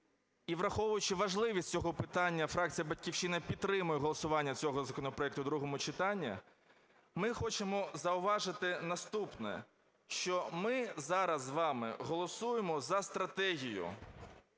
враховуючи важливість цього питання, фракція "Батьківщина" підтримує голосування цього законопроекту у другому читанні. Ми хочемо зауважити наступне: що ми зараз з вами голосуємо за стратегію.